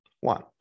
One